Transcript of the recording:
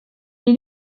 est